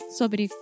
sobre